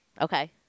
Okay